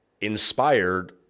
inspired